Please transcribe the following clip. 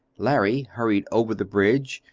larry hurried over the bridge,